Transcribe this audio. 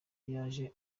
yaje